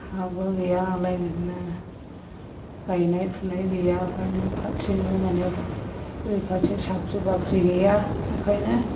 हाबो गैया नालाय बिदिनो गायनाय फुनाय गैया बेखायनो फारसेनिफ्राय माने ओरैफारसे साख्रि बाख्रि गैया ओंखायनो